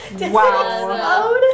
Wow